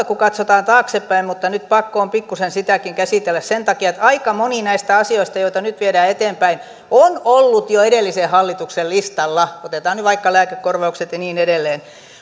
kun katsotaan taaksepäin mutta nyt pakko on pikkuisen sitäkin käsitellä sen takia että aika moni näistä asioista joita nyt viedään eteenpäin on ollut jo edellisen hallituksen listalla otetaan nyt vaikka lääkekorvaukset ja niin edelleen